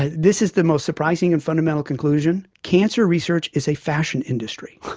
and this is the most surprising and fundamental conclusion cancer research is a fashion industry.